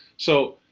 so,